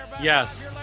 Yes